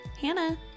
Hannah